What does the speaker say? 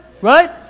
Right